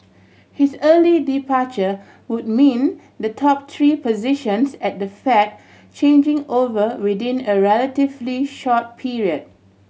his early departure would mean the top three positions at the Fed changing over within a relatively short period